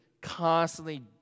constantly